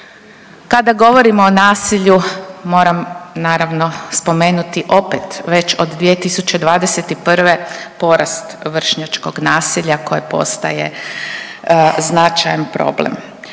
Kada govorimo o nasilju moram naravno spomenuti opet već od 2021. porast vršnjačkog nasilja koje postaje značajan problem.